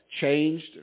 changed